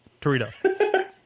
Torito